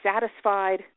satisfied